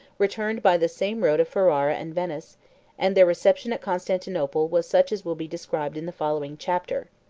returned by the same road of ferrara and venice and their reception at constantinople was such as will be described in the following chapter.